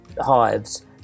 hives